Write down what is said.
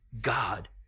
God